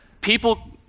people